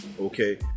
Okay